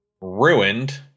ruined